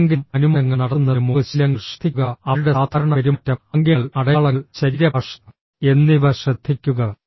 എന്തെങ്കിലും അനുമാനങ്ങൾ നടത്തുന്നതിന് മുമ്പ് ശീലങ്ങൾ ശ്രദ്ധിക്കുക അവരുടെ സാധാരണ പെരുമാറ്റം ആംഗ്യങ്ങൾ അടയാളങ്ങൾ ശരീരഭാഷ എന്നിവ ശ്രദ്ധിക്കുക